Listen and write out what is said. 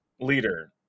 leader